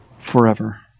forever